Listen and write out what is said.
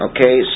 Okay